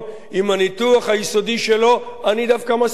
עם הניתוח היסודי שלו אני דווקא מסכים.